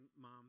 mom